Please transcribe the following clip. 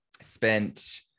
spent